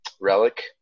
relic